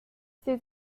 ces